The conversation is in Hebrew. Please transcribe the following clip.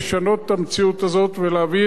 בעיקר בדברים שנוגעים בחיי-אדם,